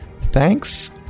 thanks